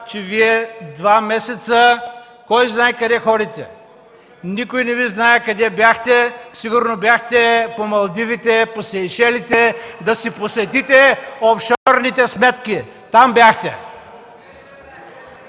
че Вие два месеца кой знае къде ходите. Никой не Ви знае къде бяхте, сигурно бяхте по Малдивите, по Сейшелите, да си посетите офшорните сметки, там бяхте.